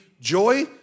joy